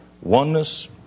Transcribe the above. Oneness